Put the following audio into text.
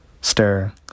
Stir